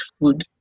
food